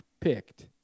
picked